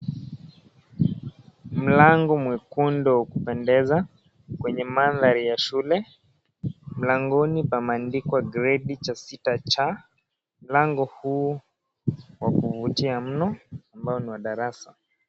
Mlango mwekundu wa kupendeza, kwenye mandhari ya shule. Mlangoni pameandikwa gredi cha sita c. Mlango huu wa kuvutia mno, ambao ni wa darasa.